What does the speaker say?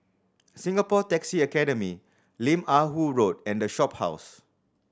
Singapore Taxi Academy Lim Ah Woo Road and The Shophouse